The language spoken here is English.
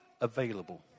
available